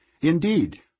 Indeed